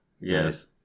Yes